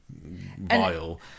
vile